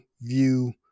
view